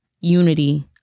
unity